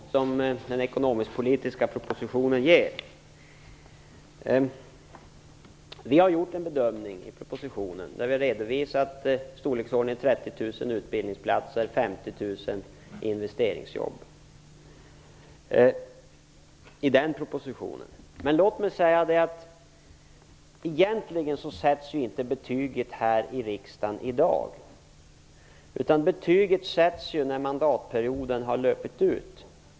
Fru talman! Dan Ericsson frågar hur många jobb som den ekonomisk-politiska propositionen ger. Enligt den bedömning som vi har gjort och som redovisas i propositionen blir det i det här fallet fråga om runt 30 000 utbildningsplatser och 50 000 investeringsjobb. Men egentligen sätts inte betyget här i riksdagen i dag, utan betyget sätts när mandatperioden har löpt ut.